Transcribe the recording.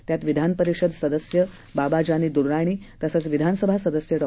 त्यात विधान परिषद सदस्य बाबाजानी दूर्रणी तसंच विधानसभा सदस्य डॉ